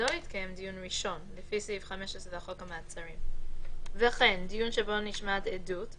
לחוק סדר הדין